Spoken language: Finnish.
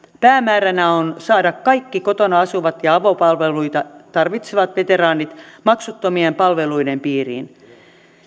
päämääränä on saada kaikki kotona asuvat ja avopalveluita tarvitsevat veteraanit maksuttomien palveluiden piiriin